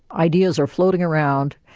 ideas are floating around,